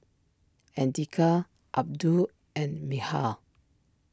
Andika Abdul and Mikhail